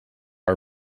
are